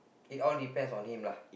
it all depends on him lah